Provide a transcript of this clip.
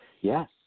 yes